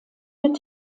wird